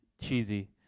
cheesy